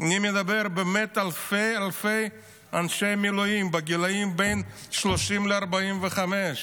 אני מדבר באמת עם אלפי אלפי אנשי מילואים בגילים שבין 30 ל-45,